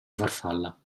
farfalla